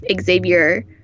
Xavier